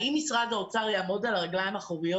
האם משרד האוצר יעמוד על הרגליים האחוריות